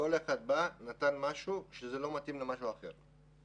כל אחד בא, נתן משהו שלא מתאים למשהו אחר.